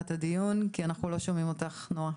את הדיון חכי אנחנו לא שומעים אותך נועה.